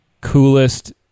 coolest